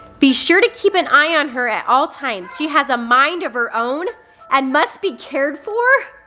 be sure to keep an eye on her at all times, she has a mind of her own and must be cared for.